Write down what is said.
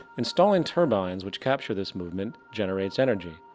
installing turbines which capture this movement, generates energy.